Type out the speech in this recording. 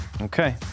Okay